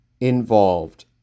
involved